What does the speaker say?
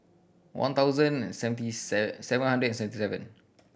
one thousand seventy seven hundred seventy seven